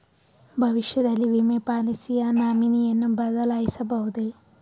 ಭವಿಷ್ಯದಲ್ಲಿ ವಿಮೆ ಪಾಲಿಸಿಯ ನಾಮಿನಿಯನ್ನು ಬದಲಾಯಿಸಬಹುದೇ?